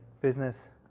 business